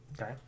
Okay